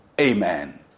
amen